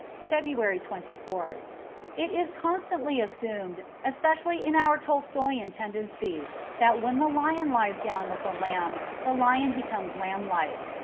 february twenty fourth it is constantly assumed, especially in our tolstoian tendencies, that when the lion lies down with the lamb the lion becomes lamb-like.